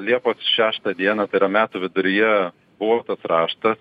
liepos šeštą dieną tai yra metų viduryje buvo toks raštas